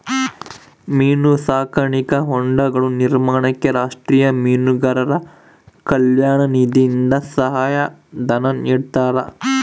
ಮೀನು ಸಾಕಾಣಿಕಾ ಹೊಂಡಗಳ ನಿರ್ಮಾಣಕ್ಕೆ ರಾಷ್ಟೀಯ ಮೀನುಗಾರರ ಕಲ್ಯಾಣ ನಿಧಿಯಿಂದ ಸಹಾಯ ಧನ ನಿಡ್ತಾರಾ?